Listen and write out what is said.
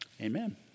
Amen